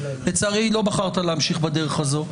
לצערי, לא בחרת להמשיך בדרך הזו.